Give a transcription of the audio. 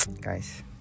guys